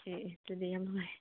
ꯁꯦ ꯑꯗꯨꯗꯤ ꯌꯥꯝ ꯅꯨꯡꯉꯥꯏꯔꯦ